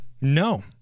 No